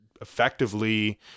effectively